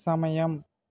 సమయం